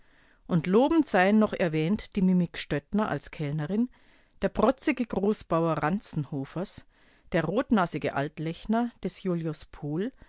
und lobend seien noch erwähnt die mimi gstöttner als kellnerin der protzige großbauer ranzenhofers der rotnasige atlechner des julius pohl